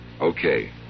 Okay